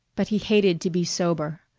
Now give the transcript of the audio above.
but he hated to be sober.